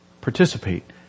participate